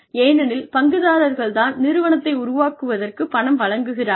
ஏனெனில் பங்குதாரர்கள் தான் நிறுவனத்தை உருவாக்குவதற்குப் பணம் வழங்கிகுகிறார்கள்